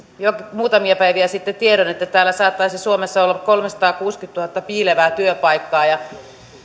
muutamia päiviä sitten tiedon että suomessa saattaisi olla kolmesataakuusikymmentätuhatta piilevää työpaikkaa ja